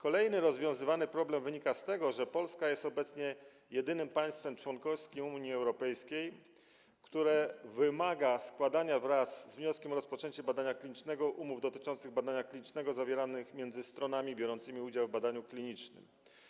Kolejny rozwiązywany problem wynika z tego, że Polska jest obecnie jedynym państwem członkowskim Unii Europejskiej, które wymaga składania wraz z wnioskiem o rozpoczęcie badania klinicznego umów dotyczących badania klinicznego zawieranych między stronami biorącymi udział w badaniu klinicznym.